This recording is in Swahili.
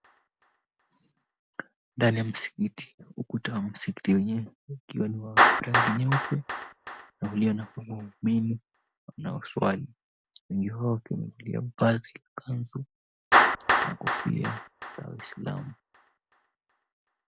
Ndani ya msikiti ukuta wa msikiti wenyewe ukiwa wa rangi nyeupe na ulio na waumini wanaoswali. Wengi wao wamevalia kanzu na kofia za waislamu.